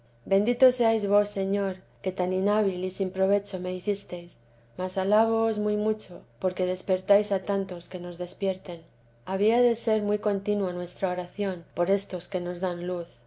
bendito seáis vos señor que tan inhábil y sin provecho me hicisteis mas alabóos muy mucho porque despertáis a tantos que nos despierten había de ser muy contina nuestra oración por éstos que nos dan luz